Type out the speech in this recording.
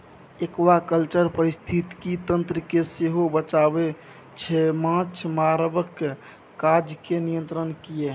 aquaculture पारिस्थितिकी तंत्र केँ सेहो बचाबै छै माछ मारबाक काज केँ नियंत्रित कए